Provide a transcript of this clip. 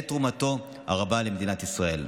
ואת תרומתו הרבה למדינת ישראל.